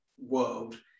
world